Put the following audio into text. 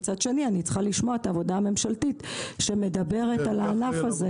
מצד שני אני צריכה לשמוע את העבודה הממשלתית שמדברת על הענף הזה.